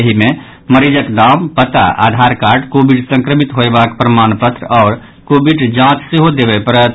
एहि मे मरीजक नाम पता आधार कार्ड कोविड संक्रमित होयबाक प्रमाणपत्र आओर कोविड जांच सेहो देबय पड़त